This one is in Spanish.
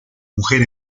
mujer